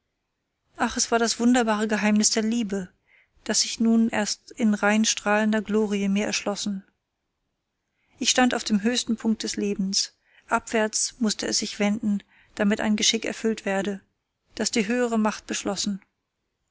ach es war das wunderbare geheimnis der liebe das sich nun erst in rein strahlender glorie mir erschlossen ich stand auf dem höchsten punkt des lebens abwärts mußte es sich wenden damit ein geschick erfüllt werde das die höhere macht beschlossen